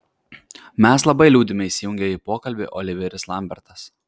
mes labai liūdime įsijungė į pokalbį oliveris lambertas